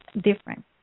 different